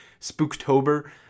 Spooktober